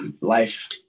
Life